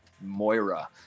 Moira